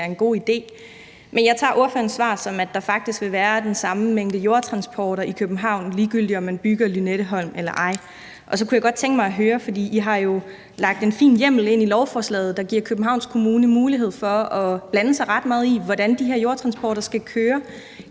er en god idé. Jeg opfatter ordførerens svar sådan, at der faktisk vil være den samme mængde af jord, der skal transporteres i København, ligegyldigt om man bygger Lynetteholmen eller ej. Så kunne jeg godt tænke mig at høre noget andet. For I har jo lagt en fin hjemmel ind i lovforslaget, der giver Københavns Kommune mulighed for at blande sig ret meget i, hvordan de her jordtransporter skal køre.